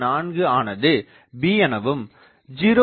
4 ஆனது b எனவும் 0